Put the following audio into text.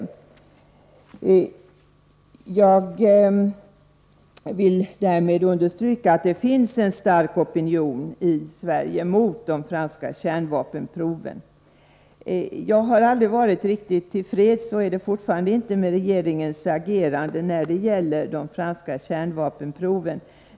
Jag vill därmed understryka att det finns en stark opinion i Sverige mot de franska kärnvapenproven. Jag har aldrig varit riktigt till freds och är det fortfarande inte med regeringens agerande i fråga om de franska kärnvapenproven.